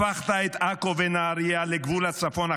הפכת את עכו ונהריה לגבול הצפון החדש,